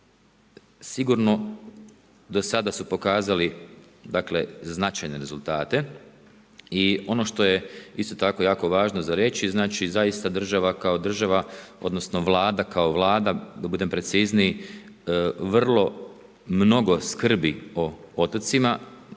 sigurno do sada su pokazali dakle značajne rezultate i ono što je isto tako jako važno za reći, zaista država kao država, odnosno vlada kao vlada da budem precizniji vrlo mnogo skrbi o otocima,